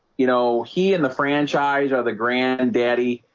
you know, he and the franchise are the granddaddy